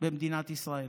במדינת ישראל.